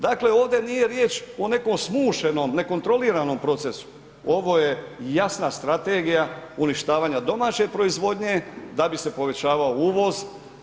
Dakle, ovdje nije riječ o nekom smušenom, nekontroliranom procesu, ovo je jasna strategija uništavanja domaće proizvodnje da bi se povećavao uvoz.